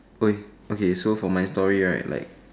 !oi! okay so for my story right like